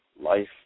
life